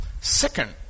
Second